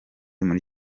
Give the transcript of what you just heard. muri